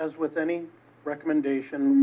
as with any recommendation